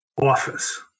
office